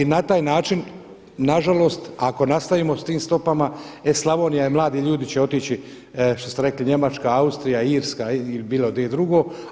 I na taj način na žalost ako nastavimo sa tim stopama e Slavonija, mladi ljudi će otići što ste rekli Njemačka, Austrija, Irska ili bilo gdje drugo.